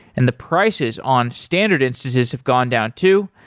and the prices on standard instances have gone down too.